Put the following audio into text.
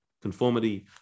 conformity